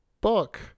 book